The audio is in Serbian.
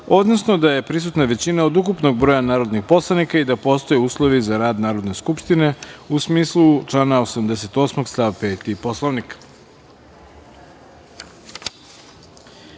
odnosno da je prisutna većina od ukupnog broja narodnih poslanika i da postoje uslovi za rad Narodne skupštine u smislu člana 88. stav 5. Poslovnika.U